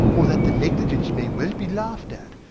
or that the negligence may well be laugh'd at,